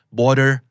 border